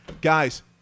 Guys